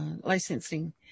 licensing